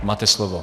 Máte slovo.